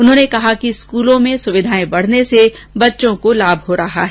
उन्होंने कहा कि स्कूलों में सुविधाएं बढने से बच्चों को लाभ हो रहा है